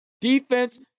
Defense